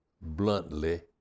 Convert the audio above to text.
bluntly